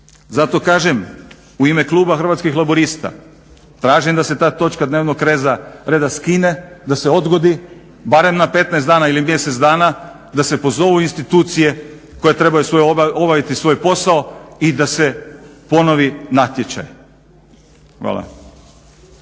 Zato kažem u ime kluba Hrvatskih laburista tražim da se ta točka dnevnog reda skine, da se odgodi barem na 15 dana ili mjesec dana, da se pozovu institucije koje trebaju obaviti svoj posao i da se ponovi natječaj. Hvala.